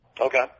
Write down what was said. Okay